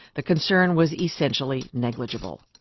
the concern was essentially negligible.